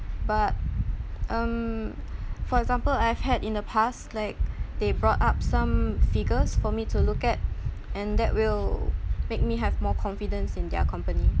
but um for example I've had in the past like they brought up some figures for me to look at and that will make me have more confidence in their company